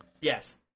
Yes